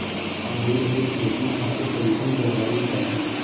अंगूर के खेती खातिर कइसन जलवायु चाही?